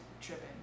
tripping